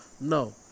No